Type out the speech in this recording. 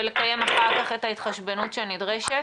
ולקיים אחר כך את ההתחשבנות שנדרשת.